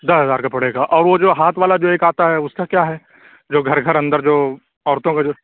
دس ہزار کا پڑے گا اور وہ جو ہاتھ والا جو ایک آتا ہے اُس کا کیا ہے جو گھر گھر اندر جو عورتوں کا جو